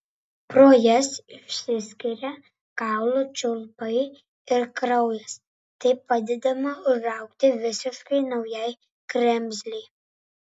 pro jas išsiskiria kaulų čiulpai ir kraujas taip padedama užaugti visiškai naujai kremzlei